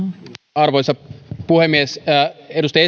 arvoisa puhemies edustaja